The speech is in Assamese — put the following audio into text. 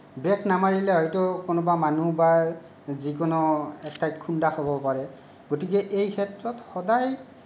ব্ৰেক নামাৰিলে হয়তু কোনোবা মানুহ বা যিকোনো এটাই খুন্দা খাব পাৰে গতিকে এই ক্ষেত্ৰত সদায়